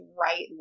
right